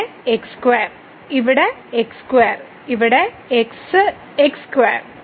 ഇവിടെ x2 ഇവിടെ x2 ഇവിടെ x x2